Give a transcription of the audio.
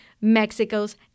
Mexico's